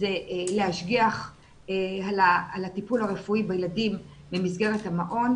זה להשגיח על הטיפול הרפואי בילדים במסגרת המעון.